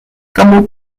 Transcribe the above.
kamu